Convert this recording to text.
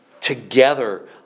together